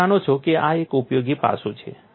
તમે જાણો છો કે આ એક ઉપયોગી પાસું છે